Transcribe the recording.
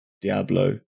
Diablo